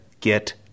Get